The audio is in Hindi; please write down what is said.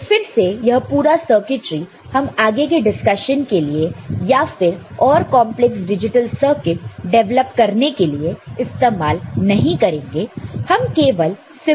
तो फिर से यह पूरा सर्किटरी हम हमारे आगे के डिस्कशन के लिए या फिर और कंपलेक्स डिजिटल सर्किट डिवेलप करने के लिए इस्तेमाल नहीं करेंगे हम केवल सिंबल का इस्तेमाल करेंगे